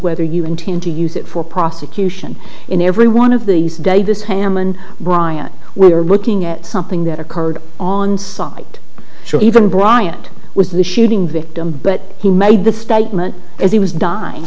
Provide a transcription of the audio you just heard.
whether you intend to use it for prosecution in every one of these davis hammon bryant we're looking at something that occurred on site show even bryant was the shooting victim but he made the statement as he was dying